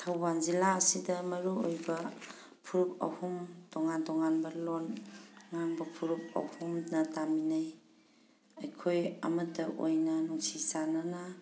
ꯊꯧꯕꯥꯜ ꯖꯤꯂꯥ ꯑꯁꯤꯗ ꯃꯔꯨꯑꯣꯏꯕ ꯐꯨꯔꯞ ꯑꯍꯨꯝ ꯇꯣꯉꯥꯟ ꯇꯣꯉꯥꯟꯕ ꯂꯣꯟ ꯉꯥꯡꯕ ꯐꯨꯔꯞ ꯑꯍꯨꯝꯅ ꯇꯥꯃꯤꯟꯅꯩ ꯑꯩꯈꯣꯏ ꯑꯃꯠꯇ ꯑꯣꯏꯅ ꯅꯨꯡꯁꯤ ꯆꯥꯅꯅ